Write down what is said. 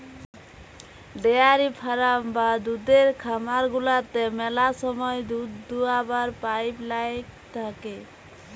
dairy farm বা দুহুদের খামার গুলাতে ম্যালা সময় দুহুদ দুয়াবার পাইপ লাইল থ্যাকে